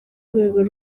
rwego